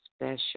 special